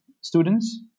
students